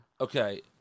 Okay